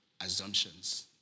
assumptions